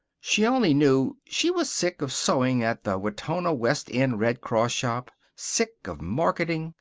she only knew she was sick of sewing at the wetona west end red cross shop sick of marketing,